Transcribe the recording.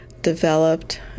developed